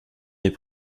les